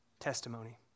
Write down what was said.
testimony